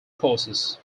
courses